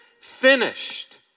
finished